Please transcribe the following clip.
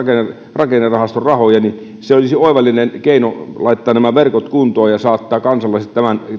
rakennerahaston rahoja niin se olisi oivallinen keino laittaa nämä verkot kuntoon ja saattaa kansalaiset